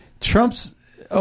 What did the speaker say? Trump's